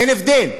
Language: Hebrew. אין הבדל.